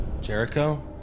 Jericho